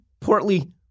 portly